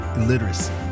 illiteracy